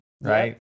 right